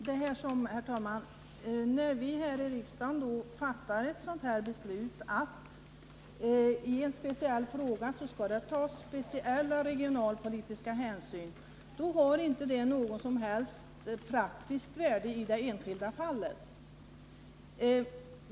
Herr talman! När vi här i riksdagen fattar ett beslut om att i en speciell fråga skall tas speciella regionalpolitiska hänsyn, har detta alltså inte något som helst praktiskt värde i det enskilda fallet.